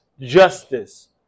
justice